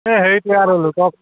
এই সেইটোৱে আৰু লোকক